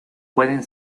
pueden